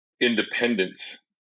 independence